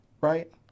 right